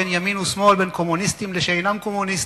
בין ימין ושמאל ובין קומוניסטים לשאינם קומוניסטים,